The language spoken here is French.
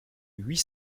huit